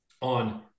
on